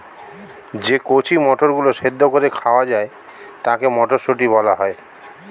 যে কচি মটরগুলো সেদ্ধ করে খাওয়া যায় তাকে মটরশুঁটি বলা হয়